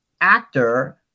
actor